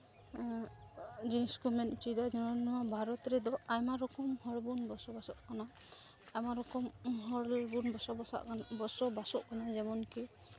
ᱡᱤᱱᱤᱥ ᱠᱚ ᱢᱮᱱ ᱦᱚᱪᱚᱭᱮᱫᱟ ᱡᱮᱢᱚᱱ ᱱᱚᱣᱟ ᱵᱷᱟᱨᱚᱛ ᱨᱮᱫᱚ ᱟᱭᱢᱟ ᱨᱚᱠᱚᱢ ᱦᱚᱲ ᱵᱚᱱ ᱵᱚᱥᱚᱼᱵᱟᱥᱚᱜ ᱠᱟᱱᱟ ᱟᱭᱢᱟ ᱨᱚᱠᱚᱢ ᱦᱚᱲ ᱜᱮᱵᱚᱱ ᱵᱚᱥᱚᱼᱵᱟᱥ ᱵᱚᱥᱚᱼᱵᱟᱥᱚᱜ ᱠᱟᱱᱟ ᱡᱮᱢᱚᱱ ᱠᱤ